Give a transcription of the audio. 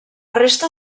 resta